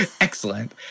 Excellent